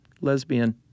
lesbian